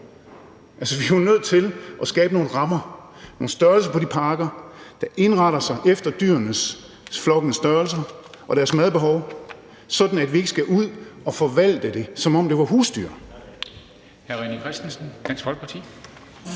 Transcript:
Vi er jo nødt til at skabe nogle rammer, nogle størrelser på de parker, der er tilpasset dyrenes og flokkenes størrelser og deres madbehov, sådan at vi ikke skal ud at forvalte det, som om det var husdyr.